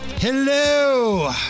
Hello